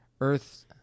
earth